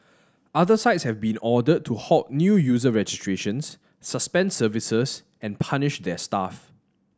other sites have been ordered to halt new user registrations suspend services and punish their staff